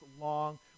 long